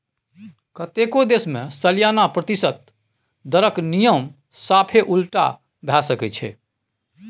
कतेको देश मे सलियाना प्रतिशत दरक नियम साफे उलटा भए सकै छै